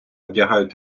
вдягають